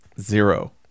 Zero